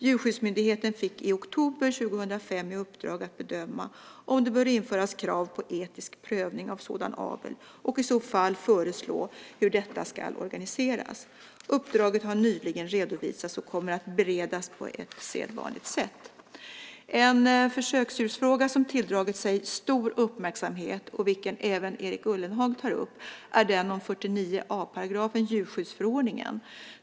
Djurskyddsmyndigheten fick i oktober 2005 i uppdrag att bedöma om det bör införas krav på etisk prövning av sådan avel och i så fall föreslå hur detta ska organiseras. Uppdraget har nyligen redovisats och kommer att beredas på ett sedvanligt sätt. En försöksdjursfråga som tilldragit sig stor uppmärksamhet, och vilken även Erik Ullenhag tar upp, är den om 49 a § djurskyddsförordningen.